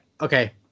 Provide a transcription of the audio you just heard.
okay